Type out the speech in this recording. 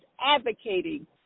advocating